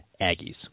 Aggies